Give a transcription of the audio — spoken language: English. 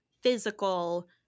physical